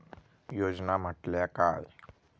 योजना म्हटल्या काय?